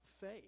faith